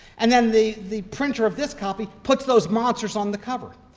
and then the the printer of this copy puts those monsters on the cover.